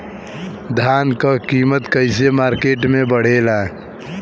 धान क कीमत कईसे मार्केट में बड़ेला?